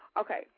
Okay